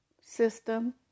system